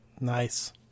Nice